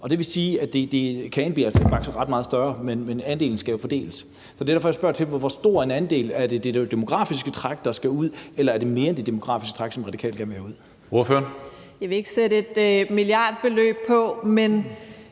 det vil sige, at kagen altså ikke bliver bagt ret meget større, men andelen skal jo fordeles. Så det er derfor, jeg spørger til, hvor stor en andel af det demografiske træk, der skal ud. Eller er det mere end det demografiske træk, som Radikale gerne vil have ud?